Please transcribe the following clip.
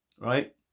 right